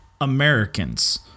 Americans